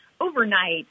overnight